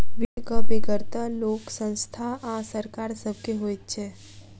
वित्तक बेगरता लोक, संस्था आ सरकार सभ के होइत छै